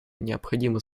необходимы